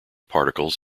particles